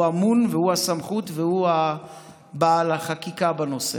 הוא אמון והוא הסמכות והוא בעל החקיקה בנושא.